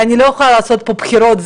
אני לא יכולה לעשות פה בחירות,